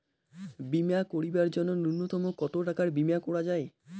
বীমা করিবার জন্য নূন্যতম কতো টাকার বীমা করা যায়?